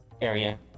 area